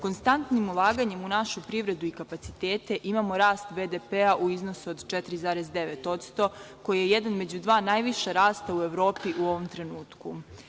Konstantnim ulaganjem u našu privredu i kapacitete imamo rast BDP u iznosu od 4,9%, koji je jedan među dva najviša rasta u Evropi u ovom trenutku.